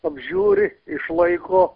apžiūri išlaiko